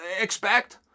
expect